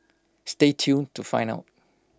stay tuned to find out